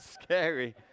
scary